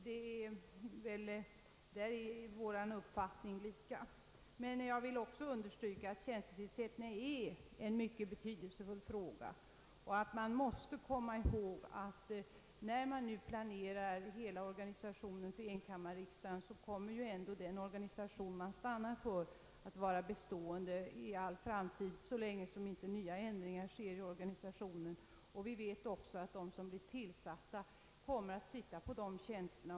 Där hyser vi samma uppfattning. Jag vill även understryka att tjänstetillsättningarna är en mycket betydelsefull fråga. Vi måste komma ihåg att när man nu planerar hela organisationen för enkammarriksdagen, kommer den organisation man stannar för att vara bestående i all framtid så länge inte nya ändringar i organisationen sker. Vi vet också att de personer som blivit tillsatta kommer att sitta kvar länge på de tjänsterna.